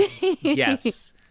Yes